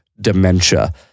dementia